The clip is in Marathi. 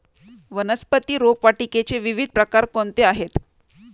वनस्पती रोपवाटिकेचे विविध प्रकार कोणते आहेत?